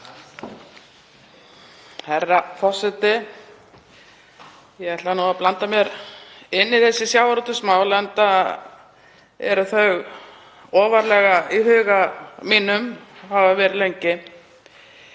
Herra forseti. Ég ætla að blanda mér í þessi sjávarútvegsmál enda eru þau ofarlega í huga mínum og hafa verið lengi.